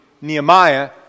Nehemiah